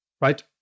right